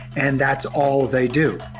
and that's all they do.